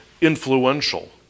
influential